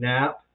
Nap